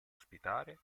ospitare